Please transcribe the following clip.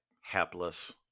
hapless